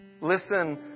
Listen